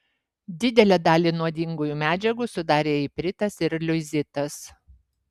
didelę dalį nuodingųjų medžiagų sudarė ipritas ir liuizitas